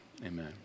amen